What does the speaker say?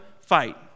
fight